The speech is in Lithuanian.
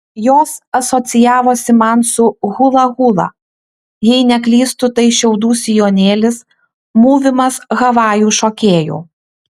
jos asocijavosi man su hula hula jei neklystu tai šiaudų sijonėlis mūvimas havajų šokėjų